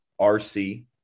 RC